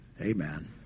amen